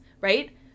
right